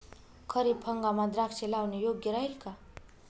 खरीप हंगामात द्राक्षे लावणे योग्य राहिल का?